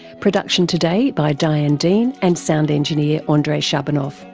production today by diane dean and sound engineer andre shabanov.